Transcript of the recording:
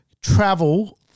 travel